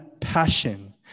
passion